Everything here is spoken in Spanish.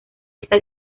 esta